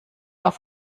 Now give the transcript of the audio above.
auf